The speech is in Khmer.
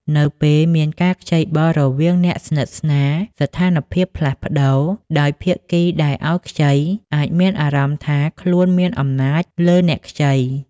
នៅពេលមានការខ្ចីបុលរវាងអ្នកស្និទ្ធស្នាល ស្ថានភាពផ្លាស់ប្តូរ ដោយភាគីដែលឲ្យខ្ចីអាចមានអារម្មណ៍ថាខ្លួនមានអំណាចលើអ្នកខ្ចី។